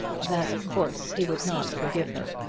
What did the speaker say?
that of course he would not forgive her.